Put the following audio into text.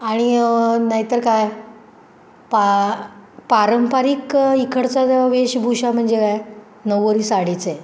आणि नाही तर काय पा पारंपरिक इकडचा ज वेशभूषा म्हणजे काय नऊवारी साडीच आहे